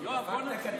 חבר הכנסת